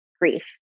grief